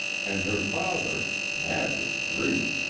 and her father, mad with grief,